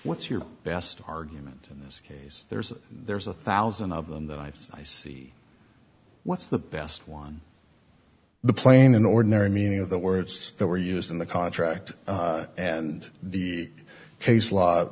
what's your best argument this case there's a there's a thousand of them the life i see what's the best one the plain an ordinary meaning of the words that were used in the contract and the case law